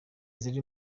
ziri